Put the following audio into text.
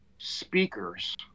speakers